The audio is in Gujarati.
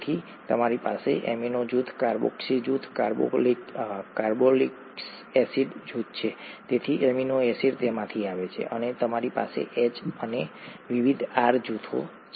તેથી તમારી પાસે એમિનો જૂથ કાર્બોક્સી જૂથ કાર્બોક્સિલિક એસિડ જૂથ છે તેથી એમિનો એસિડ તેમાંથી આવે છે અને તમારી પાસે H અને વિવિધ R જૂથો છે